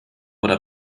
oder